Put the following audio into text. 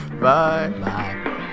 Bye